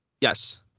Yes